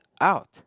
out